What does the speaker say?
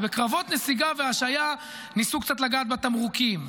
ובקרבות נסיגה והשהיה ניסו קצת לגעת בתמרוקים.